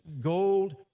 gold